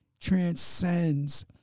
transcends